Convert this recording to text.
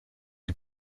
die